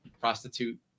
prostitute